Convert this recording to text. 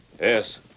Yes